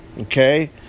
Okay